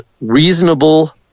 reasonable